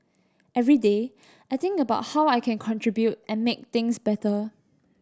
every day I think about how I can contribute and make things better